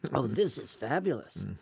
and this is fabulous.